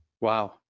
Wow